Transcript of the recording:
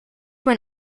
mein